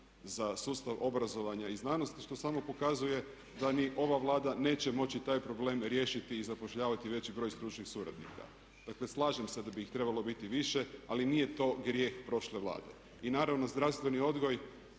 za sustav obrazovanja i znanosti što samo pokazuje da ni ova Vlada neće moći taj problem riješiti i zapošljavati veći broj stručnih suradnika. Dakle, slažem se da bi ih trebalo biti više, ali nije to grijeh prošle Vlade. I naravno, zdravstveni odgoj